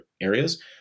areas